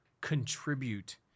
contribute